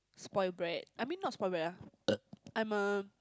spoilt brat I mean not spoilt brat ah I'm a